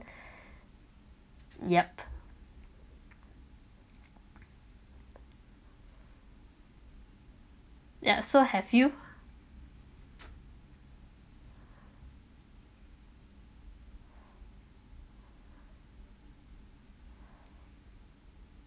yup yeah so have you